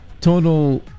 total